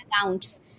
accounts